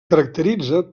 caracteritza